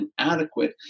inadequate